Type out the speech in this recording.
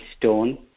stone